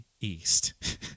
East